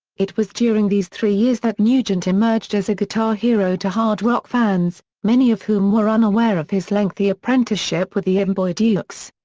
it was during these three years that nugent emerged as a guitar hero to hard rock fans, many of whom were unaware of his lengthy apprenticeship with the amboy dukes.